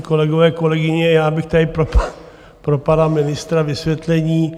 Kolegové, kolegyně, já bych tady měl pro pana ministra vysvětlení.